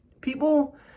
People